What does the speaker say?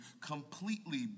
completely